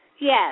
Yes